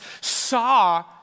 saw